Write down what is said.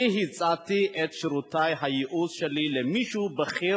הצעתי את שירותי הייעוץ שלי למישהו בכיר